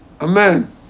Amen